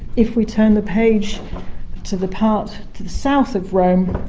if we turn the page to the part to the south of rome,